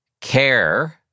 care